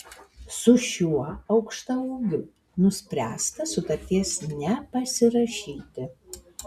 su šiuo aukštaūgiu nuspręsta sutarties nepasirašyti